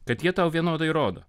kad jie tau vienodai rodo